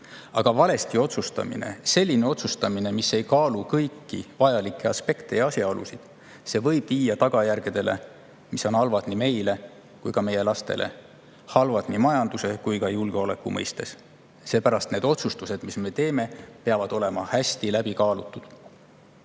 Aga valesti otsustamine, selline otsustamine, kus ei kaaluta kõiki vajalikke aspekte ja asjaolusid, võib viia tagajärgedeni, mis on halvad nii meile kui ka meie lastele, halvad nii majanduse kui ka julgeoleku mõttes. Seepärast need otsused, mis me teeme, peavad olema hästi läbi kaalutud.